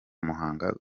muhanga